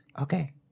okay